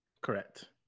Correct